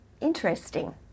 interesting